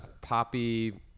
poppy